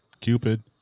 cupid